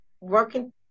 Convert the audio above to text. working